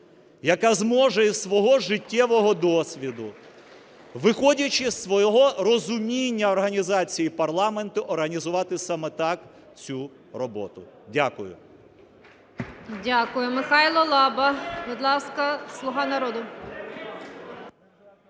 яка зможе із свого життєвого досвіду, виходячи з свого розуміння організації парламенту, організувати саме так цю роботу. Дякую. ГОЛОВУЮЧА. Михайло Лаба, будь ласка, "Слуга народу".